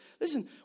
listen